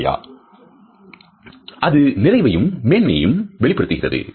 இல்லை அது நிறைவையும் மேன்மையையும் வெளிப்படுத்துகிறது